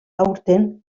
aurten